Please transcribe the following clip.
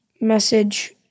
message